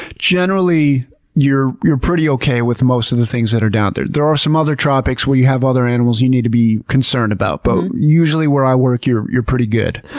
generally you're you're pretty okay with most of the things that are down there. there are some other topics where you have other animals you need to be concerned about, but usually where i work you're you're pretty good.